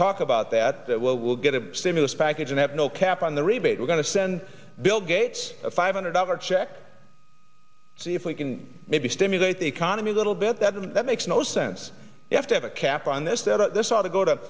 talk about that that will get a stimulus package and have no cap on the rebate we're going to send bill gates a five hundred dollar check to see if we can maybe stimulate the economy a little bit that that makes no sense you have to have a cap on this that this ought to go to